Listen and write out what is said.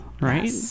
Right